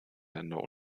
länder